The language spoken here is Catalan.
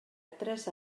tres